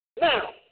Now